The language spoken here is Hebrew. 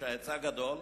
כשהיצע גדול,